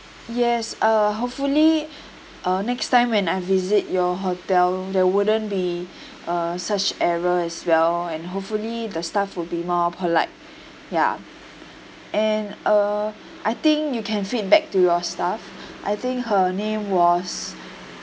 yes uh hopefully uh next time when I visit your hotel there wouldn't be uh such error as well and hopefully the staff will be more polite ya and uh I think you can feedback to your staff I think her name was